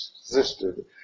existed